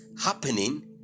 happening